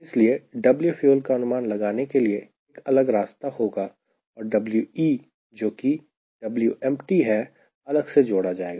इसलिए W fuel का अनुमान लगाने के लिए एक अलग रास्ता होगा और We जोकि Wempty है अलग से जोड़ा जाएगा